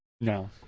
No